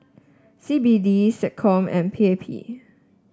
C B D SecCom and P A P